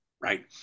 right